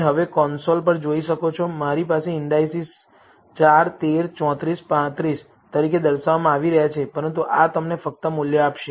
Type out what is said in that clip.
હવે તમે કન્સોલ પર જોઈ શકો છો મારી પાસે ઈન્ડાઈસિસ 4 13 34 35 તરીકે દર્શાવવામાં આવી રહ્યા છે પરંતુ આ તમને ફક્ત મૂલ્ય આપશે